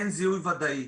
אין זיהוי ודאי,